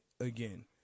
Again